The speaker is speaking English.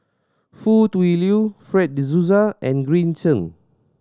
Foo Tui Liew Fred De Souza and Green Zeng